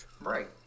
Right